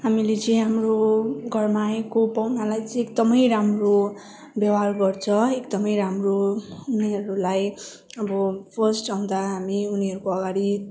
हामीले चाहिँ हाम्रो घरमा आएको पाहुनालाई चाहिँ एकदमै राम्रो व्यवहार गर्छ एकदमै राम्रो उनीहरूलाई अब फर्स्ट आउँदा हामी उनीहरूको अगाडि